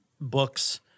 books